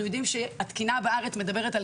אנחנו יודעים שהתקינה בארץ מדברת על